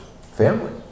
family